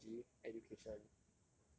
technology education